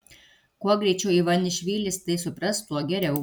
kuo greičiau ivanišvilis tai supras tuo geriau